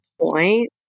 point